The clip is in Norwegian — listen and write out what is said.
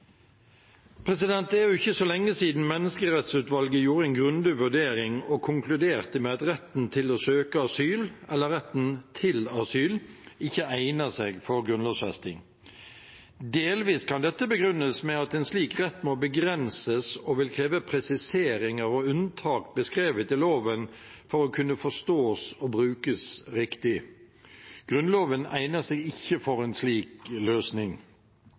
Det er ikke så lenge siden Menneskerettighetsutvalget gjorde en grundig vurdering og konkluderte med at retten til å søke asyl, eller retten til asyl, ikke egner seg for grunnlovfesting. Delvis kan dette begrunnes med at en slik rett må begrenses og vil kreve presiseringer og unntak beskrevet i loven for å kunne forstås og brukes riktig. Grunnloven egner seg ikke for en slik løsning.